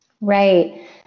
Right